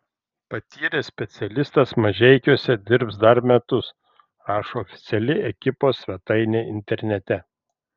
patyręs specialistas mažeikiuose dirbs dar metus rašo oficiali ekipos svetainė internete